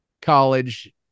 college